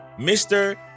Mr